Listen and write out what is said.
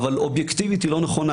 אבל אובייקטיבית היא לא נכונה.